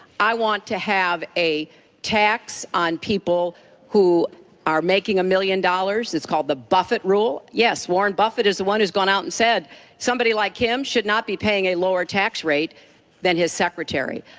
i want to have a tax on people who are making a million dollars, it's called the buffett rule. yes, warren buffett is the one who's gone out and said somebody like him should not be paying a lower tax rate than his secretary.